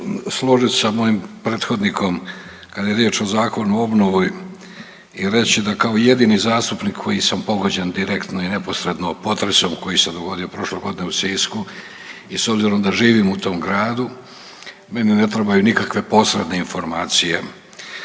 složit sa mojim prethodnikom kad je riječ o Zakonu o obnovi i reći da kao jedini zastupnik koji sam pogođen direktno i neposredno potresom koji se dogodio prošle godine u Sisku i s obzirom da živim u tom gradu meni ne trebaju nikakve posredne informacije,